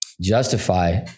justify